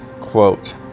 quote